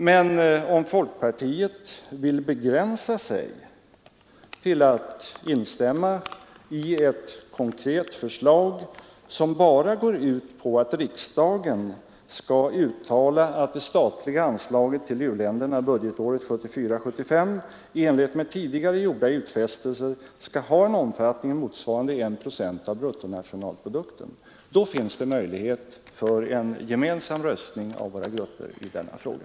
Men om folkpartiet vill begränsa sig till att instämma i ett konkret förslag som bara går ut på att riksdagen skall uttala att det statliga anslaget till u-länderna budgetåret 1974/75 i enlighet med tidigare gjorda utfästelser skall ha en omfattning motsvarande 1 procent av bruttonationalprodukten, då finns det möjligheter för en gemensam röstning av våra grupper i denna fråga.